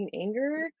anger